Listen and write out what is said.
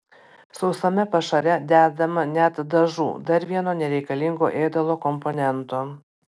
sausame pašare dedama net dažų dar vieno nereikalingo ėdalo komponento